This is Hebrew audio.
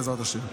בעזרת השם.